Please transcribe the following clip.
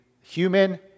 human